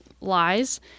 lies